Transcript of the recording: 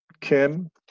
Kim